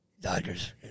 Dodgers